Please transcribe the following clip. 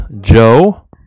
joe